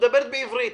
היא מדברת בעברית.